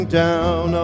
down